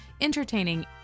entertaining